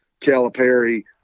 Calipari –